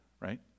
right